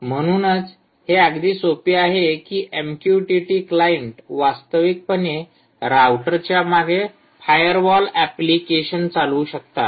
आणि म्हणूनच हे अगदी सोपे आहे की एमक्यूटीटी क्लायंट वास्तविकपणे राउटर च्या मागे फायरवॉल एप्लिकेशन चालवू शकतात